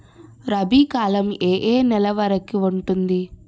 రబీ కాలం ఏ ఏ నెల వరికి ఉంటుంది?